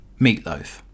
meatloaf